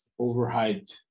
overhyped